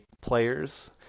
players